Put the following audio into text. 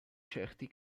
certi